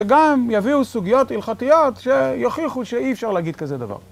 וגם יביאו סוגיות הלכתיות שיוכיחו שאי אפשר להגיד כזה דבר.